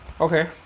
Okay